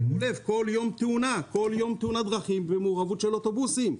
כל יום יש תאונת דרכים במעורבות של אוטובוסים.